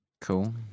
Cool